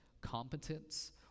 competence